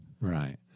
Right